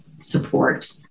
support